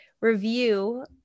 review